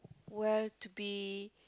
well to be